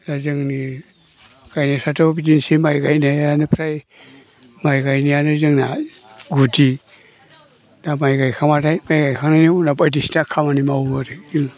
दा जोंनि गायनायफ्रायथ' बिदिनोसै माइ गायनायानो फ्राय माइ गायनायानो जोंना गुदि दा माइ गायखांब्लायथाय माइ गायखांनायनि उनाव बायदिसिना खामानि मावो आरोखि जोङो